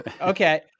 Okay